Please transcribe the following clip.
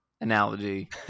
analogy